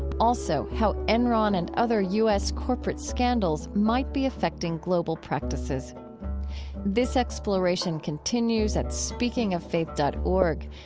also, how enron and other u s. corporate scandals might be affecting global practices this exploration continues at speakingoffaith dot org.